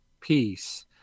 peace